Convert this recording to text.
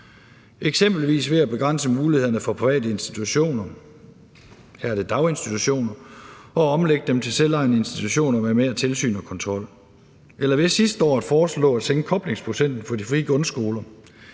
eksempelvis ved at begrænse mulighederne for private institutioner – her er det daginstitutioner – for at omlægge dem til selvejende institutioner med mere tilsyn og kontrol. Eller ved sidste år at foreslå at sænke koblingsprocenten på de frie grundskoler.